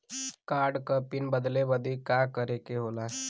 Card क pin बदले बदी का करे के होला?